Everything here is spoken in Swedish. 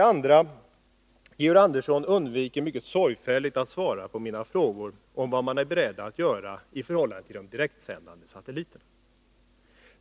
Georg Andersson undviker mycket sorgfälligt att svara på mina frågor om vad man är beredd att göra i förhållande till de direktsändande satelliterna.